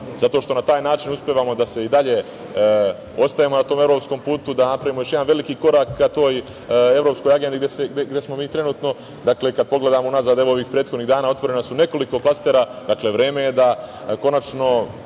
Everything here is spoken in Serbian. zato što na taj način uspevamo da i dalje ostajemo na tom evropskom putu, da napravimo još jedan veliki korak ka toj evropskoj agendi gde smo mi trenutno, kad pogledamo u nazad, evo ovih prethodnih dana, otvoreno je nekoliko klastera. Dakle, vreme je da konačno